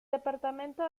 departamento